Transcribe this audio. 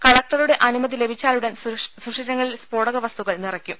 കളക്ടറുടെ അനുമതി ലഭിച്ചാലുടൻ സുഷിരങ്ങളിൽ സ്ഫോടക വസ്തുക്കൾ നിറയ്ക്കും